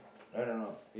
right or not